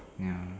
ya